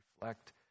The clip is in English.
reflect